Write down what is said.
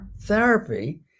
therapy